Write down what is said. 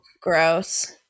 gross